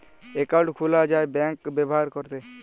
account খুলা যায় bank ব্যাভার ক্যরতে